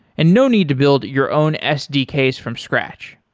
and no need to build your own sdks from scratch.